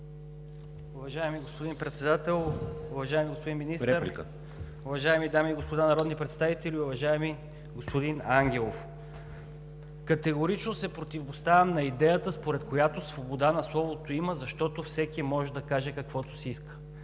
Уважаеми господин Председател, уважаеми господин Министър, уважаеми дами и господа народни представители! Уважаеми господин Ангелов, категорично се противопоставям на идеята, според която свобода на словото има, защото всеки може да каже каквото си иска.